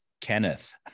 Kenneth